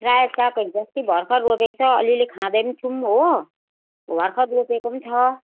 रायो साग हिजो अस्ति भर्खर रोपेको छ अलिअलि खाँदै पनि छौँ हो भर्खर रोपेको पनि छ